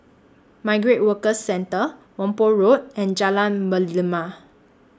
Migrant Workers Centre Whampoa Road and Jalan Merlimau